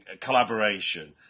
collaboration